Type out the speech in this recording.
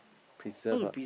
preserve ah